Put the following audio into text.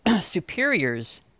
superiors